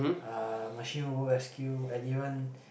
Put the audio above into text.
uh machine robo rescue and even